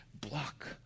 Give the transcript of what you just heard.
block